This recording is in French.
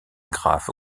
graphe